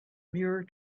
mirror